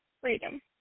Freedom